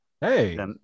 Hey